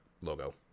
logo